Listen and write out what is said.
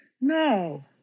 No